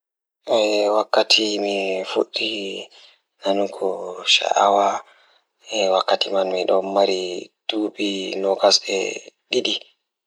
Eh wakkati mi fuɗɗi So tawii miɗo waɗa hobby ngal oɗɗo, mi waɗataa waawi njiddaade fiyaangu e goɗɗo sabu miɗo heɓa hobby ngal fiyaangu. Miɗo njiddaade fiyaangu e hoore ngal, sabu njamaaji ngal njiddaade fiyaangu goɗɗo sabu njiddaade